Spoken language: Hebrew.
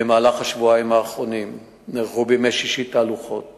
במהלך השבועיים האחרונים נערכו בימי שישי תהלוכות